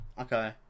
Okay